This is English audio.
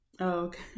okay